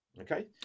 okay